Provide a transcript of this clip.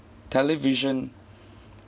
television